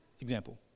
example